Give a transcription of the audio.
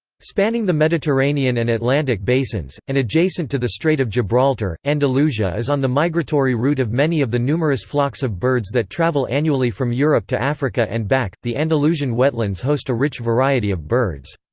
spanning the mediterranean and atlantic basins, and adjacent to the strait of gibraltar, andalusia is on the migratory route of many of the numerous flocks of birds that travel annually from europe to africa and back the andalusian wetlands host a rich variety of birds.